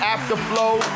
Afterflow